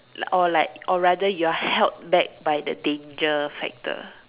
or like or rather you are held back by the danger factor